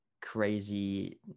crazy